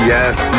Yes